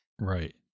Right